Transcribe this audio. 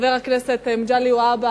חבר הכנסת מגלי והבה,